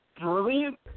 brilliant